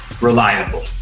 reliable